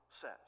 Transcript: says